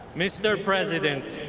mr. president,